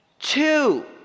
Two